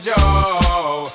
Joe